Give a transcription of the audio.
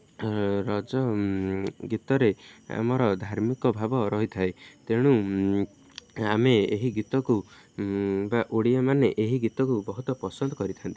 ରଜ ଗୀତରେ ଆମର ଧାର୍ମିକ ଭାବ ରହିଥାଏ ତେଣୁ ଆମେ ଏହି ଗୀତକୁ ବା ଓଡ଼ିଆମାନେ ଏହି ଗୀତକୁ ବହୁତ ପସନ୍ଦ କରିଥାନ୍ତି